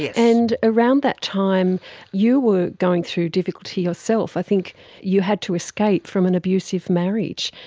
yeah and around that time you were going through difficulty yourself. i think you had to escape from an abusive marriage.